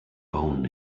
own